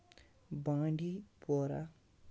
بانڈی پورہ